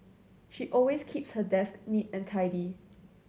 she always keeps her desk neat and tidy